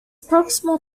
proximal